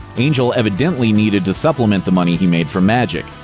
angel evidently needed to supplement the money he made from magic.